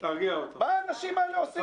מה האנשים האלה עושים כאן?